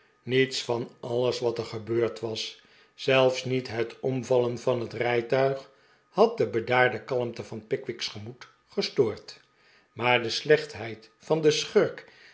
niets van alles wat er gebeurd was zelfs niet het omvallen van het rijtuig had de bedaarde kalmte van pickwick's gemoed gestoord maar de slechtheid van den schurk